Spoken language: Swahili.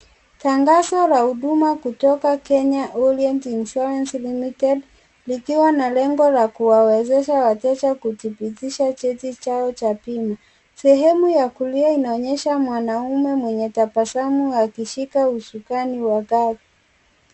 Tangazo la huduma kutoka Kenya Orient Insurance Limited likiwa na lengo la kuwawezesha wateja kuthibitisha jeti chao cha pima, sehemu ya kulia inaonyesha mwanaume mwenye tabasamu akishika usukani wa gari.